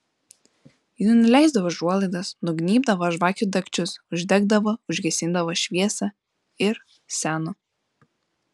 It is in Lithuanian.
ji nuleisdavo užuolaidas nugnybdavo žvakių dagčius uždegdavo užgesindavo šviesą ir seno